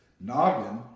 noggin